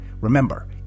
Remember